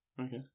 Okay